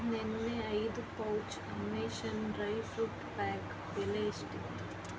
ನಿನ್ನೆ ಐದು pouch Anveshan dry fruit pack ಬೆಲೆ ಎಷ್ಟಿತ್ತು